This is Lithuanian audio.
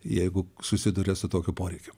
jeigu susiduria su tokiu poreikiu